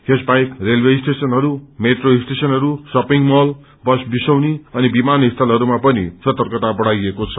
यस वाहेक रेलवे स्टेशनहरू मेट्रो स्टेशनहरू शपिंग मल बस विसौनी अनि विमान स्थलहरूमा पनि सतर्कता बढ़ाइएको छ